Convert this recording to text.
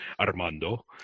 Armando